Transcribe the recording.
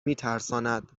میترساند